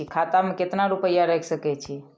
खाता में केतना रूपया रैख सके छी?